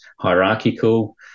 hierarchical